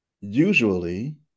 Usually